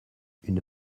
une